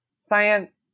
science